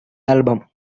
album